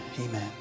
amen